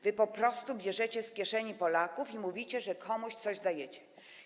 Wy po prostu bierzecie z kieszeni Polaków i mówicie, że komuś coś dajecie.